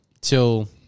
Till